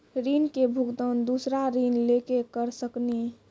ऋण के भुगतान दूसरा ऋण लेके करऽ सकनी?